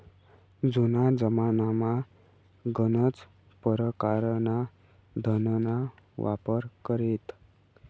जुना जमानामा गनच परकारना धनना वापर करेत